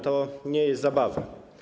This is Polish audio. To nie jest zabawa.